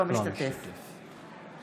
בהצבעה